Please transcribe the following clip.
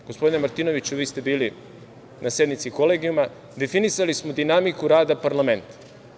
Gospodine Martinoviću, vi ste bili na sednici Kolegijuma, definisali smo dinamiku rada parlamenta.